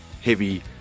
heavy